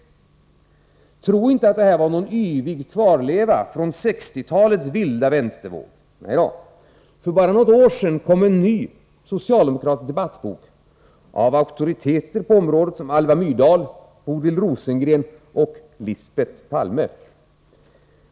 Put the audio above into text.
Tro inte att det uttalandet var någon enstaka kvarleva från 1960-talets vilda vänstervåg. För bara något år sedan kom en ny socialdemokratisk debattbok av auktoriteter på området som Alva Myrdal, Bodil Rosengren och — Lisbet . Palme.